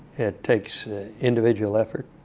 it takes individual effort.